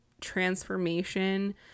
transformation